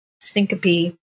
syncope